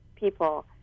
People